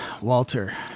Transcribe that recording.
Walter